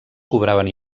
cobraven